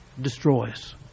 destroys